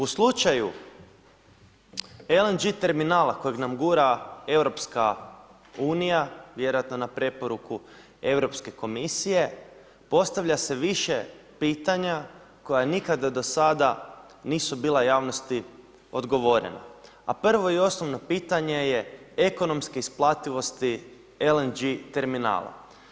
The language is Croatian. U slučaju LNG terminala koji nam gura EU, vjerojatno na preporuku Europske komisije, postavlja se više pitanja koja nikada do sada nisu bila javnosti odgovorena, a prvo i osnovno pitanje je ekonomske isplativosti LNG terminala.